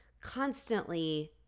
constantly